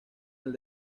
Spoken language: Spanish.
del